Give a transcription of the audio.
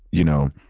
you know,